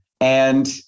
and-